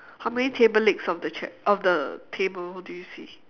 how many table legs of the chair of the table do you see